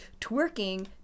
twerking